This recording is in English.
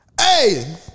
hey